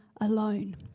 alone